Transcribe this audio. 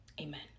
amen